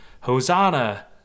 Hosanna